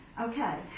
okay